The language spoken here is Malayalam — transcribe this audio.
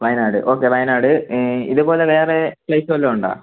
വയനാട് ഓക്കെ വയനാട് ഇതുപോലെ വേറെ പ്ലേസ് വല്ലതും ഉണ്ടോ